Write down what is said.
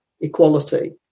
equality